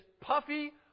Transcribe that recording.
puffy